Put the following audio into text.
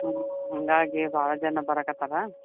ಹ್ಞೂ ಹಾಗಾಗಿ ಭಾಳ ಜನ ಬರಕತ್ತಾರೆ